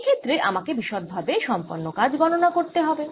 এই ক্ষেত্রে আমাকে বিশদভাবে সম্পন্ন কাজ গণনা করতে হবে